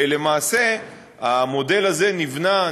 למעשה המודל הזה נבנה,